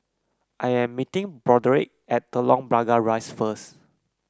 I am meeting Broderick at Telok Blangah Rise first